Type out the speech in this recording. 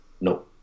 no